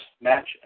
Match